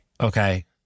Okay